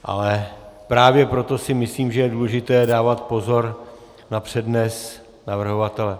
Ale právě proto si myslím, že je důležité dávat pozor na přednes navrhovatele.